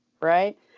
right